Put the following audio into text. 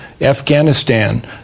Afghanistan